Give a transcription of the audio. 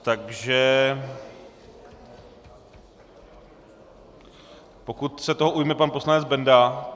Takže pokud se toho ujme pan poslanec Benda...